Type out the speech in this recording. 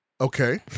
Okay